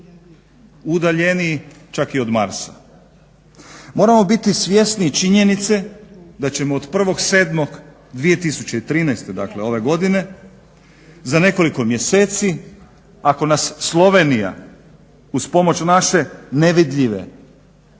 udaljeniji čak i od Marsa. Moramo biti svjesni činjenice da ćemo od 1.7.2013. dakle ove godine za nekoliko mjeseci ako nas Slovenija uz pomoć naše ne vidljive stidljive